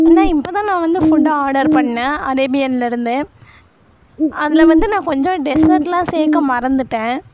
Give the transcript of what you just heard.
அண்ணா இப்போ தான் நான் வந்து ஃபுட்டு ஆர்டர் பண்ணிணேன் அரேபியன்லேருந்து அதில் வந்து நான் கொஞ்சம் டெசர்ட்லாம் சேர்க்க மறந்துட்டேன்